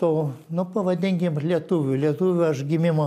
to nu pavadinkim lietuvių lietuvių aš gimimo